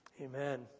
Amen